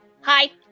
Hi